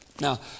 Now